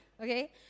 okay